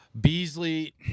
Beasley